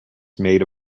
made